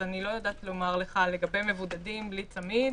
אז אני לא יודעת לומר לך לגבי מבודדים עם צמיד,